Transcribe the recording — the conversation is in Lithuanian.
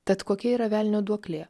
tad kokia yra velnio duoklė